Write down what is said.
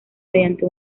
mediante